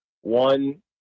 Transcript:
one